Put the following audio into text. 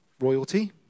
royalty